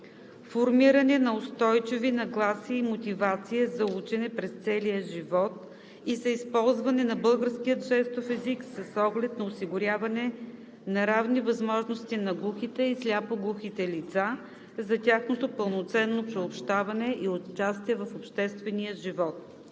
формиране на устойчиви нагласи и мотивация за учене през целия живот и за използване на българския жестов език с оглед на осигуряване на равни възможности на глухите и сляпо-глухите лица за тяхното пълноценно приобщаване и участие в обществения живот;